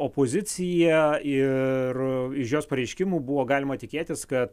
opozicija ir iš jos pareiškimų buvo galima tikėtis kad